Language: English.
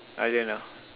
I don't know